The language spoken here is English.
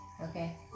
Okay